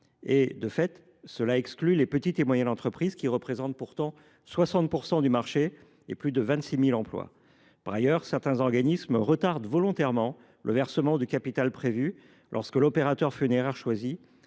funéraires. Dès lors, les petites et moyennes entreprises, qui représentent pourtant 60 % du marché et plus de 26 000 emplois, se retrouvent exclues. Par ailleurs, certains organismes retardent volontairement le versement du capital prévu lorsque l’opérateur funéraire choisi